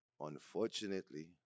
Unfortunately